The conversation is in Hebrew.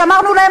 שאמרנו להם,